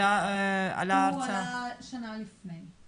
הוא עלה שנה לפני.